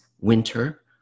winter